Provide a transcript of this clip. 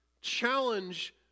challenge